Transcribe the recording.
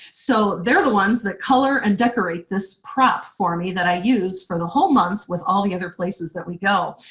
so they're the ones that color and decorate this prop for me that i use for the whole month for all the other places that we go.